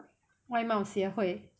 外貌协会